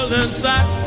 inside